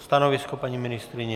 Stanovisko paní ministryně?